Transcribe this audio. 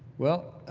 well,